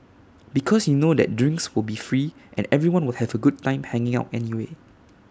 because you know that drinks will be free and everyone will have A good time hanging out anyway